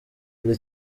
buri